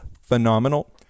phenomenal